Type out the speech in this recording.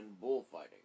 bullfighting